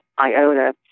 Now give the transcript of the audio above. iota